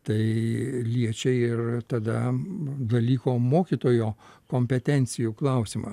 tai liečia ir tada dalyko mokytojo kompetencijų klausimą